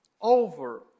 over